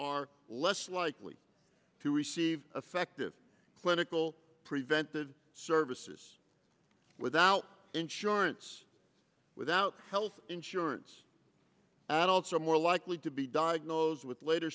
are less likely to receive effective clinical prevented services without insurance without health insurance adults are more likely to be diagnosed with later